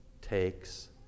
takes